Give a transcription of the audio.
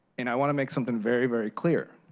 and i want to make something very, very clear.